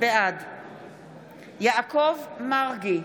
בעד יעקב מרגי,